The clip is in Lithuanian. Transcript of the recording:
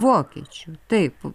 vokiečių taip